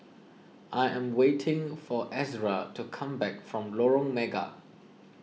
I am waiting for Ezra to come back from Lorong Mega